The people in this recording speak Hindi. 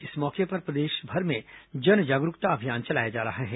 इस मौके पर प्रदेशभर में जन जागरूकता अभियान चलाया जा रहा है